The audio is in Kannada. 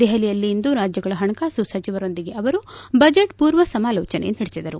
ದೆಹಲಿಯಲ್ಲಿಂದು ರಾಜ್ಜಗಳ ಹಣಕಾಸು ಸಚಿವರೊಂದಿಗೆ ಅವರು ಬಜೆಟ್ ಪೂರ್ವ ಸಮಾಲೋಜನೆ ನಡೆಸಿದರು